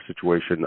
situation